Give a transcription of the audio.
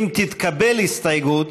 אם תתקבל הסתייגות,